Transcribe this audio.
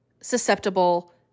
susceptible